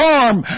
arm